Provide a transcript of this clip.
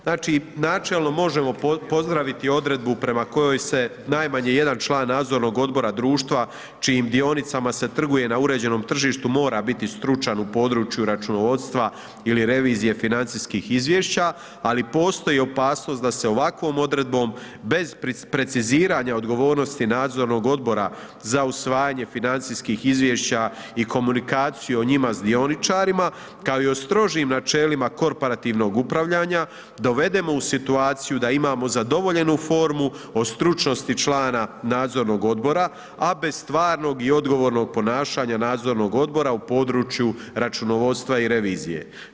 Znači, načelno možemo pozdraviti odredbu prema kojoj se najmanje 1 član nadzornog odbora društva čijim dionicama se trguje na uređenom tržištu mora biti stručan u području računovodstva ili revizije financijskih izvješća, ali postoji opasnost da se ovakvom odredbom bez preciziranja odgovornosti nadzornog odbora za usvajanje financijskih izvješća i komunikaciju o njima s dioničarima, kao i o strožim načelima korporativnog upravljanja dovedemo u situaciju da imamo zadovoljenu formu o stručno člana nadzornog odbora, a bez stvarnog i odgovornog ponašanja nadzornog odbora u području računovodstva i revizije.